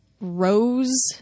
rose